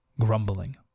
grumbling